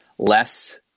Less